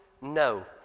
No